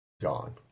John